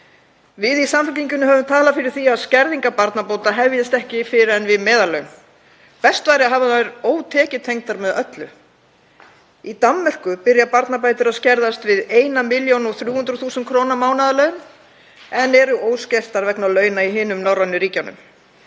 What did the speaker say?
Við í Samfylkingunni höfum talað fyrir því að skerðingar barnabóta hefjist ekki fyrr en við meðallaun. Best væri að hafa þær ótekjutengdar með öllu. Í Danmörku byrja barnabætur að skerðast við 1,3 millj. kr. mánaðarlaun en eru óskertar vegna launa í hinum norrænu ríkjunum.